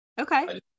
Okay